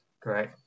great